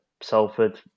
Salford